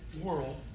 world